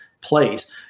place